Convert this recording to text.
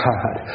God